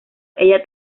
ella